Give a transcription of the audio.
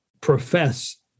profess